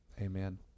Amen